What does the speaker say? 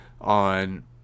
on